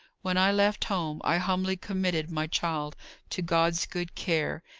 when i left home, i humbly committed my child to god's good care,